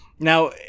Now